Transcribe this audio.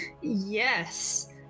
Yes